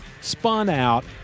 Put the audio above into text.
spun-out